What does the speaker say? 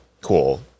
Cool